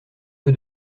peu